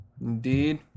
indeed